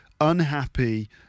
unhappy